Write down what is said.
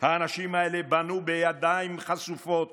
האנשים האלה בנו בידיים חשופות,